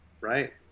Right